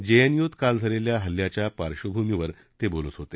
जेएनयूत काल झालेल्या हल्ल्याच्या पार्श्वभूमीवर ते बोलत होते